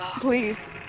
please